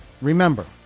remember